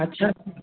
अच्छा